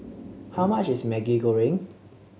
how much is Maggi Goreng